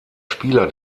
spieler